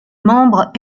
membres